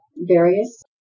various